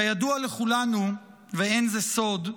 כידוע לכולנו, וזה לא סוד,